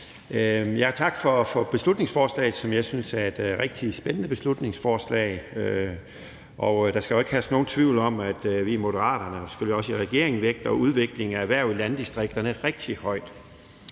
et svar. Tak for beslutningsforslaget, som jeg synes er et rigtig spændende beslutningsforslag. Der skal ikke herske nogen tvivl om, at vi i Moderaterne og selvfølgelig også regeringen vægter udvikling af erhverv i landdistrikterne rigtig højt.